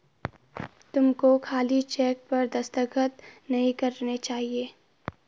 तुमको खाली चेक पर दस्तखत नहीं करने चाहिए